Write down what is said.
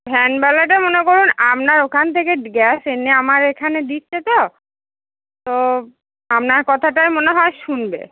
ভ্যানওয়ালাটা মনে করুন আপনার ওখান থেকে গ্যাস এনে আমার এখানে দিচ্ছে তো তো আপনার কথাটাই মনে হয় শুনবে